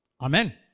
Amen